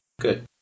Good